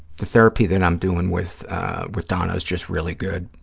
therapy that i'm doing with with donna is just really good,